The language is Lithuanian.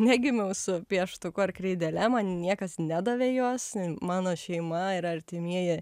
negimiau su pieštuku ar kreidele man niekas nedavė jos mano šeima ir artimieji